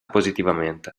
positivamente